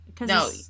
No